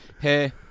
Hey